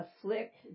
afflict